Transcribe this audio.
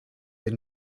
they